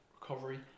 recovery